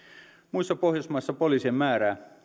muissa pohjoismaissa poliisien määrää